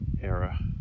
era